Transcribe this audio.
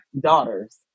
daughters